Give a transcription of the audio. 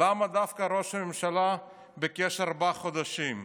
למה ראש הממשלה ביקש דווקא ארבעה חודשים?